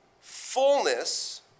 fullness